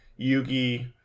Yugi